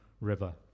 river